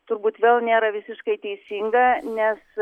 turbūt vėl nėra visiškai teisinga nes